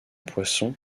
poisson